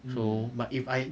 um